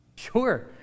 Sure